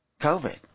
COVID